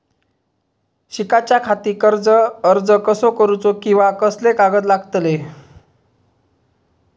शिकाच्याखाती कर्ज अर्ज कसो करुचो कीवा कसले कागद लागतले?